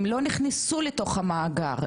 הם לא נכנסו לתוך המאגר,